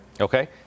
Okay